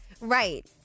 Right